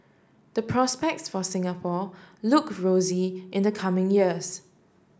the prospects for Singapore look rosy in the coming years